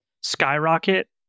skyrocket